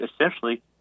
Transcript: essentially